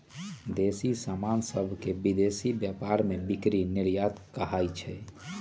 देसी समान सभके विदेशी व्यापार में बिक्री निर्यात कहाइ छै